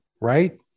right